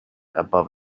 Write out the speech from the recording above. above